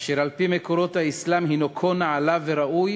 אשר על-פי מקורות האסלאם הוא כה נעלה וראוי